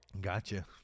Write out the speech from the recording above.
gotcha